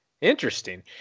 Interesting